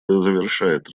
завершает